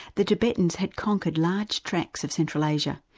the tibetans had conquered large tracts of central asia,